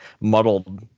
muddled